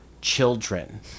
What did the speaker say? children